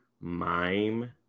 mime